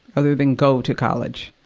other than go to college.